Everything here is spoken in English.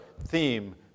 theme